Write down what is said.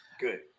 Good